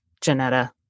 Janetta